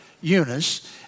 Eunice